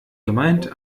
gemeint